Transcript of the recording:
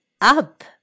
up